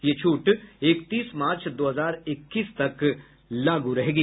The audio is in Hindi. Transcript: ये छूट इकतीस मार्च दो हजार इक्कीस तक लागू रहेगी